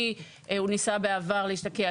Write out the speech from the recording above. כי הוא ניסה להשתקע בעבר,